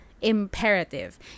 imperative